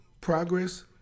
progress